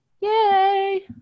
yay